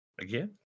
Again